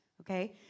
okay